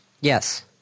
Yes